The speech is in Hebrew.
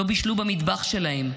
הם לא בישלו במטבח שלהם,